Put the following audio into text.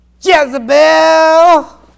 Jezebel